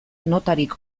notarik